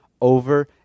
over